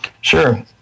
Sure